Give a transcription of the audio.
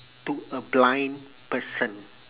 to a blind person